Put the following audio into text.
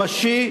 ממשי,